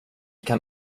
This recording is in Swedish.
kan